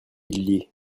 lit